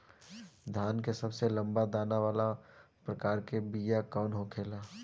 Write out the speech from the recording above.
धान के सबसे लंबा दाना वाला प्रकार के बीया कौन होखेला?